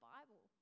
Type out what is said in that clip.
Bible